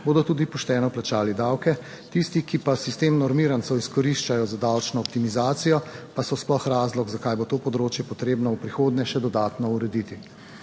bodo tudi pošteno plačali davke, tisti, ki pa sistem normirancev izkoriščajo za davčno optimizacijo, pa so sploh razlog, zakaj bo to področje potrebno v prihodnje še dodatno urediti.